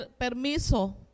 permiso